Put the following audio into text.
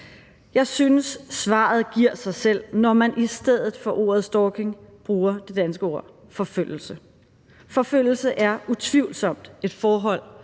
Jeg synes, at svaret giver sig selv, når man i stedet for ordet stalking bruger det danske ord forfølgelse. Forfølgelse er utvivlsomt et forhold,